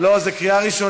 חבר'ה, זה רק